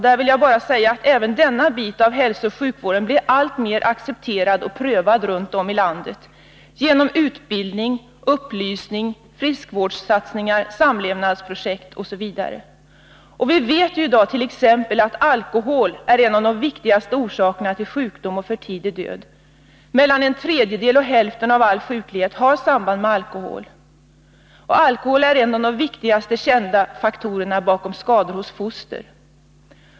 Där vill jag bara säga att även denna bit av hälsooch sjukvården blir alltmer accepterad och prövad runt om i landet genom utbildning, upplysning, friskvårdssatsningar, samlevnadsprojekt osv. Vi vet i dagt.ex. att alkohol är en av de viktigaste orsakerna till sjukdom och för tidig död. Mellan en tredjedel och hälften av all sjuklighet har samband med alkohol. Alkohol är en av de viktigaste kända faktorerna bakom skador hos foster.